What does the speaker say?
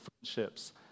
friendships